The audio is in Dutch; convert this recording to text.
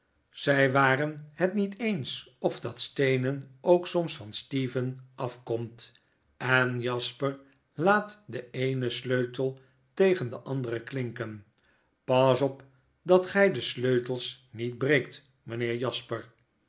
zij waren het niet eens of dat steenen ook soms van steven afkomt en jasper laat den eenen sleutel tegen den anderen klinken pas op dat gij de sleutels niet breekt mijnheer jasper